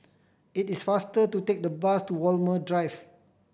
it is faster to take the bus to Walmer Drive